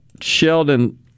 Sheldon